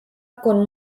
con